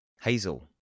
Hazel